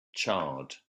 charred